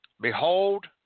Behold